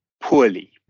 poorly